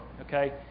okay